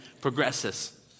progresses